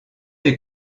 est